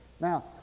Now